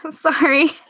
Sorry